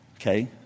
okay